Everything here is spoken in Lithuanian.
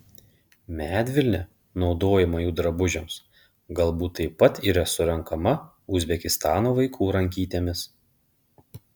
medvilnė naudojama jų drabužiams galbūt taip pat yra surenkama uzbekistano vaikų rankytėmis